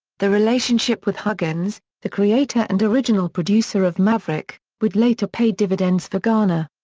the relationship with huggins, the creator and original producer of maverick, would later pay dividends for garner.